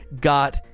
got